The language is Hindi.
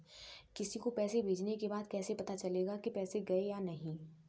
किसी को पैसे भेजने के बाद कैसे पता चलेगा कि पैसे गए या नहीं?